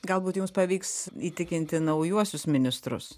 galbūt jums pavyks įtikinti naujuosius ministrus